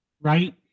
right